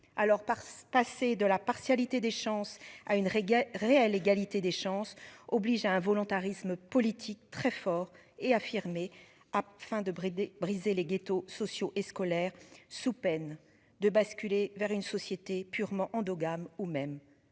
par se passer de la partialité des chances à une régate réelle égalité des chances oblige à un volontarisme politique très fort et affirmé afin de brider briser les ghettos sociaux et scolaires, sous peine de basculer vers une société purement endogame ou même